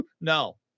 No